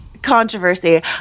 controversy